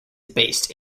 based